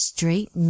Straight